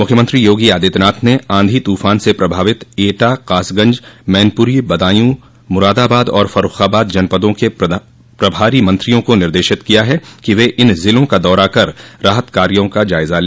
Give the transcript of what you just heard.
मुख्यमंत्री योगी आदित्यनाथ ने आंधी तूफान से सप्रभावित एटा कासगंज मैनपुरी बदायूं मुरादाबाद और फर्रूखाबाद जनपदों के प्रभारी मंत्रियों को निर्देशित किया है कि व इन ज़िलों का दौरा कर राहत कामों का जायजा ले